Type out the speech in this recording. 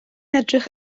edrych